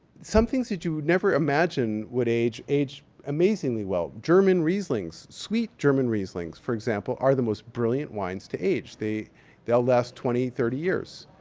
some things that you'd never imagine would age, age amazingly well. german rieslings, sweet german rieslings, for example are the most brilliant wines to age. they'll last twenty, thirty years.